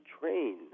train